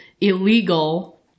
illegal